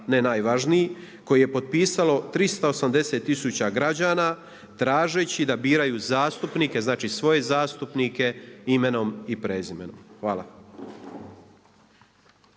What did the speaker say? ne najvažniji koji je potpisalo 380 tisuća građana tražeći da biraju zastupnike, znači svoje zastupnike imenom i prezimenom. Hvala.